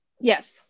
Yes